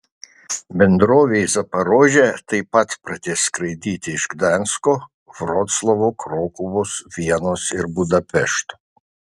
bendrovė į zaporožę taip pat pradės skraidyti iš gdansko vroclavo krokuvos vienos ir budapešto